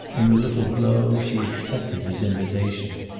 in a little glow she accepted his invitation.